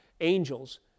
angels